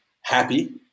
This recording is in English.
happy